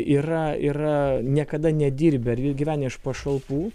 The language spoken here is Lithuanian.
yra yra niekada nedirbę gyvenę iš pašalpų